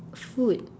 food